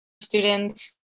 students